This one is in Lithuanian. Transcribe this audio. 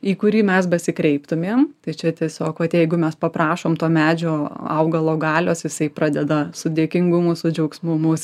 į kurį mes besikreiptumėm tai čia tiesiog vat jeigu mes paprašom to medžio augalo galios jisai pradeda su dėkingumu su džiaugsmu mus